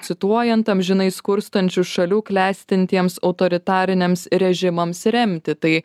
cituojant amžinai skurstančių šalių klestintiems autoritariniams režimams remti tai